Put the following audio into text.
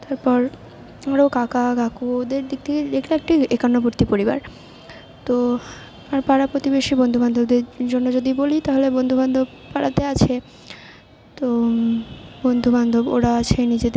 তারপর আরও কাকা কাকু ওদের দিক থেকে দেখলে একটি একান্নবর্তী পরিবার তো আর পাড়া প্রতিবেশী বন্ধু বান্ধবদের জন্য যদি বলি তাহলে বন্ধু বান্ধব পাড়াতে আছে তো বন্ধু বান্ধব ওরা আছে নিজেদের